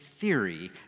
theory